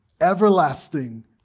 everlasting